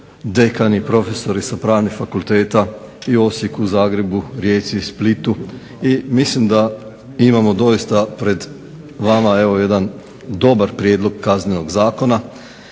dekani, profesori sa pravnih fakulteta u Osijeku, Zagrebu, Rijeci i Splitu i mislimo doista da imamo pred vama jedan dobar prijedlog Kaznenog zakona,